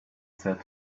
said